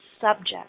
subject